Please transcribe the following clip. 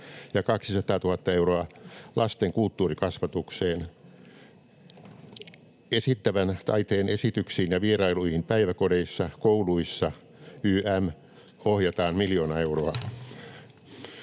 ja 200 000 euroa lasten kulttuurikasvatukseen. Esittävän taiteen esityksiin ja vierailuihin päiväkodeissa, kouluissa ym. ohjataan miljoona euroa.